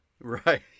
right